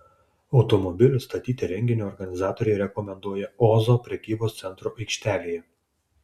automobilius statyti renginio organizatoriai rekomenduoja ozo prekybos centro aikštelėje